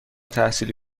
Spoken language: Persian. تحصیلی